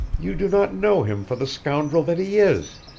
you do not know him for the scoundrel that he is.